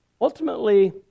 Ultimately